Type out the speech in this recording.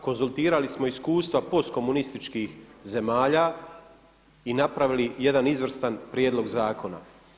Konzultirali smo iskustva postkomunističkih zemalja i napravili jedan izvrstan prijedlog zakona.